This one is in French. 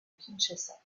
kinshasa